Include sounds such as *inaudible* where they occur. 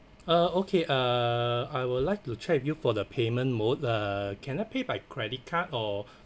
uh okay uh I would like to check with you for the payment mode uh can it be by credit card or *breath*